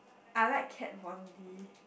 I like kat-von-D